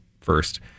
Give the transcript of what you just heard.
first